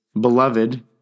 beloved